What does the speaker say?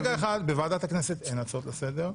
רגע אחד, בוועדת הכנסת אין הצעות לסדר.